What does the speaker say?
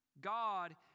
God